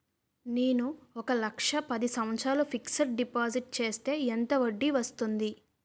నేను ఒక లక్ష పది సంవత్సారాలు ఫిక్సడ్ డిపాజిట్ చేస్తే ఎంత వడ్డీ వస్తుంది?